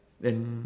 then